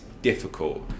difficult